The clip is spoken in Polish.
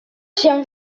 się